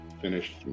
finished